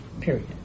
period